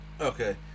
Okay